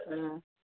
ꯎꯝ